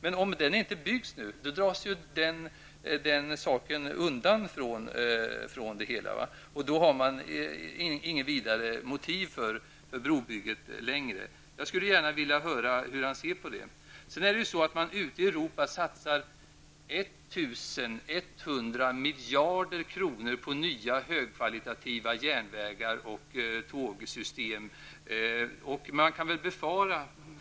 Men om den inte byggs nu, dras den saken undan från det hela och då har man inget motiv för brobygget längre. Jag skulle gärna vilja höra hur kommunikationsministern ser på det. Sedan satsar man 1 100 miljarder kronor på nya högkvalitativa järnvägar och tågsystem ute i Europa.